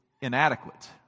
inadequate